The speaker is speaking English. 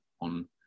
on